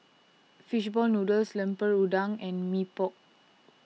Fish Ball Noodles Lemper Udang and Mee Pok